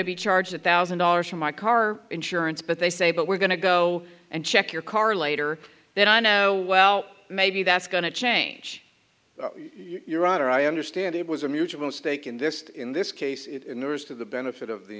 to be charged a thousand dollars for my car insurance but they say but we're going to go and check your car later that i know well maybe that's going to change your honor i understand it was a mutual stake in this in this case to the benefit of the